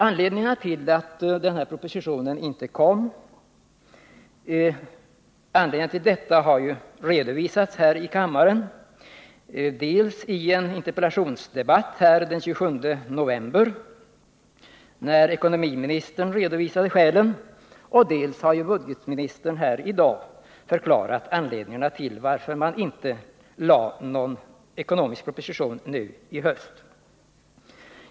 Anledningarna till att propositionen om den ekonomiska politiken inte lades fram nu i höst har redovisats här i riksdagen dels av ekonomiministern i en interpellationsdebatt den 27 november, dels av budgetministern i dagens debatt.